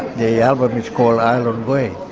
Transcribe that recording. the album is called island boy,